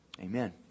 amen